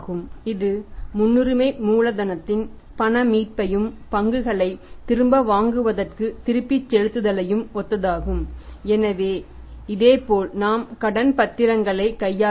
இது முன்னுரிமை மூலதனத்தின் பண மீட்பையும் பங்குகளை திரும்ப வாங்குவதற்கு திருப்பிச் செலுத்துதலையும் ஒத்ததாகும் எனவே இதேபோல் நாம் கடன் பத்திரங்களை கையாளுகிறோம்